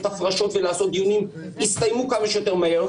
הפרשות ולעשות דיונים יסתיימו כמה שיותר מהר.